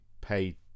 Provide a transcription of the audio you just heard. pay